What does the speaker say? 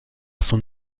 son